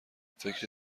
فکر